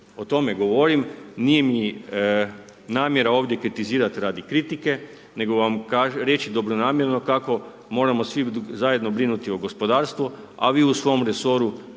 o tome govorim, nije mi namjera ovdje kritizirati radi kritike, nego vam reći dobronamjerno kako moramo svi zajedno brinuti o gospodarstvu, a vi u svom resoru za